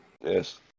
Yes